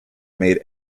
made